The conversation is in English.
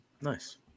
Nice